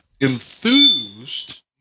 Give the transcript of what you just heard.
enthused